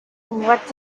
what